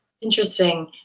Interesting